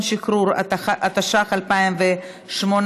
לחצת ולא